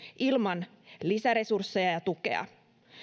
ilman lisäresursseja ja tukea